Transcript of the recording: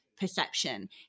perception